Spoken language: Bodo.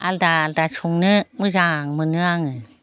आलदा आलदा संनो मोजां मोनो आङो